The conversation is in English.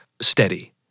steady